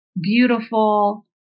beautiful